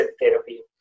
therapy